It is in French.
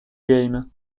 game